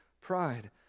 pride